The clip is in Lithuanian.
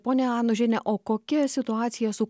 ponia anužiene o kokia situacija su